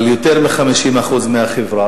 אנחנו מדברים על יותר מ-50% מהחברה.